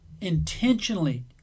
intentionally